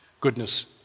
Goodness